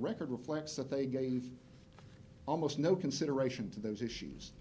record reflects that they gave almost no consideration to those issues